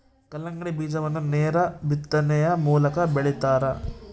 ಕಲ್ಲಂಗಡಿ ಬೀಜವನ್ನು ನೇರ ಬಿತ್ತನೆಯ ಮೂಲಕ ಬೆಳಿತಾರ